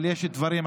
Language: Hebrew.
אבל יש דברים,